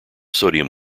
sodium